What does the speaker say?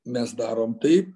mes darom taip